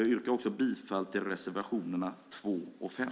Jag yrkar också bifall till reservationerna 2 och 5.